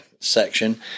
section